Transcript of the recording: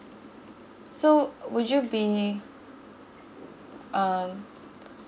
so would you be uh